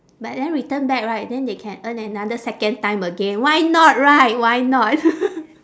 but then return back right then they can earn another second time again why not right why not